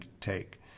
take